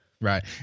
Right